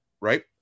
Right